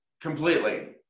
Completely